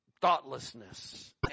thoughtlessness